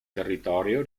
territorio